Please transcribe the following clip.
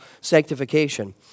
sanctification